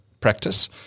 practice